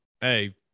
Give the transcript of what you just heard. hey